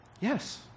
Yes